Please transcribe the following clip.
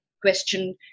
question